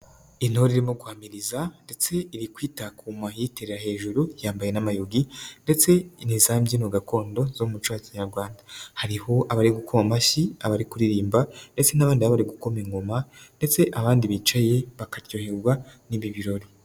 Intore irimo guhamiriza ndetse iri kwitakuma yiterera hejuru yambaye n'amayogi ndetse ni za mbyino gakondo z'umuco wa kinyarwanda, hariho abari gukoma amashyi, abari kuririmba ndetse n'abandi bari gukoma ingoma ndetse abandi bicaye bakaryoherwa n'ibi birori.